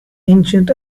ancient